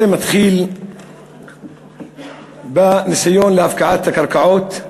זה מתחיל בניסיון להפקעת הקרקעות,